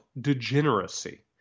degeneracy